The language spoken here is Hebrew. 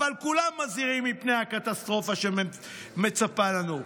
אבל כולם מזהירים מפני הקטסטרופה שמצפה לנו.